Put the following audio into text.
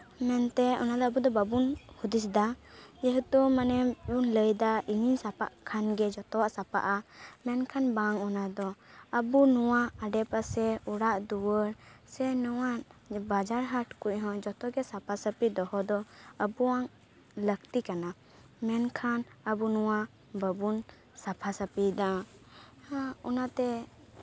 ᱢᱮᱱᱛᱮ ᱚᱱᱟᱫᱚ ᱟᱵᱚ ᱫᱚ ᱵᱟᱵᱚᱱ ᱦᱩᱫᱤᱥ ᱮᱫᱟ ᱡᱮᱦᱮᱛᱩ ᱢᱟᱱᱮ ᱵᱚᱱ ᱞᱟᱹᱭᱮᱫᱟ ᱤᱧᱤᱧ ᱥᱟᱯᱷᱟᱜ ᱠᱷᱟᱱᱜᱮ ᱡᱚᱛᱚᱣᱟᱜ ᱥᱟᱯᱷᱟᱜᱼᱟ ᱢᱮᱱᱠᱷᱟᱱ ᱵᱟᱝ ᱚᱱᱟ ᱫᱚ ᱟᱵᱚ ᱱᱚᱣᱟ ᱟᱰᱮᱯᱟᱥᱮ ᱚᱲᱟᱜ ᱫᱩᱣᱟᱹᱨ ᱥᱮ ᱱᱚᱣᱟ ᱵᱟᱡᱟᱨ ᱦᱟᱴ ᱠᱚᱨᱮ ᱦᱚᱸ ᱡᱚᱛᱚ ᱜᱮ ᱥᱟᱯᱟᱼᱥᱟᱯᱷᱤ ᱫᱚᱦᱚ ᱫᱚ ᱟᱵᱚᱣᱟᱜ ᱞᱟᱹᱠᱛᱤ ᱠᱟᱱᱟ ᱢᱮᱱᱠᱷᱟᱱ ᱟᱵᱚ ᱱᱚᱣᱟ ᱵᱟᱵᱚᱱ ᱥᱟᱯᱷᱟᱼᱥᱟᱯᱷᱤᱭᱮᱫᱟ ᱚᱱᱟᱛᱮ